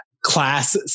class